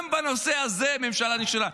גם בנושא הזה הממשלה נכשלה.